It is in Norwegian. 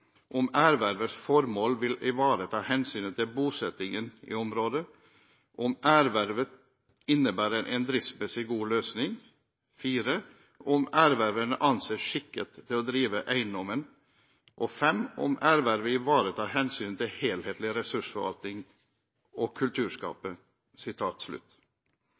om erververs formål vil ivareta hensynet til bosettingen i området om ervervet innebærer en driftsmessig god løsning om erververen anses skikket til å drive eiendommen om ervervet ivaretar hensynet til helhetlig ressursforvaltning og